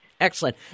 Excellent